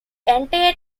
entire